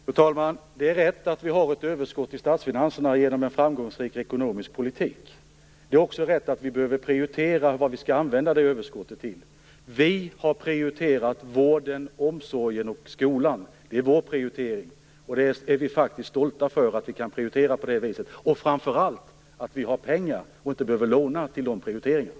Fru talman! Det är rätt att vi har fått ett överskott i statsfinanserna genom en framgångsrik ekonomisk politik. Det är också rätt att vi behöver prioritera vad vi skall använda det överskottet till. Vi har prioriterat vården, omsorgen och skolan. Det är vår prioritering. Vi är faktiskt stolta över att vi kan prioritera på det viset. Framför allt är vi stolta över att vi har pengar och inte behöver låna till de prioriteringarna.